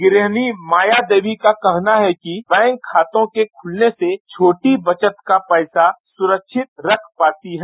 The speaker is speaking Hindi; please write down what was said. गृहिणी माया देवी का कहना है कि बैंक खातों के खुलने से छोटी मोटी बचत का पैसा सुरक्षित रख पाती हैं